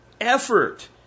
effort